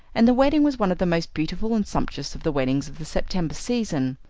and the wedding was one of the most beautiful and sumptuous of the weddings of the september season.